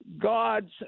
God's